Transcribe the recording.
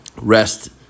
rest